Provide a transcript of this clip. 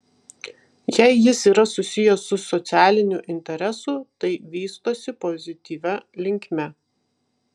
jei jis yra susijęs su socialiniu interesu tai vystosi pozityvia linkme